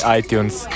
iTunes